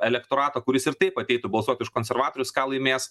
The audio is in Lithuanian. elektorato kuris ir taip ateitų balsuoti už konservatorius ką laimės